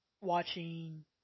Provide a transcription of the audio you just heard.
watching